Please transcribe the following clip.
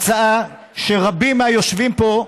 רבים מהיושבים פה,